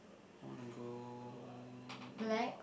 I want to go